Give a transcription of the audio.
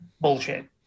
bullshit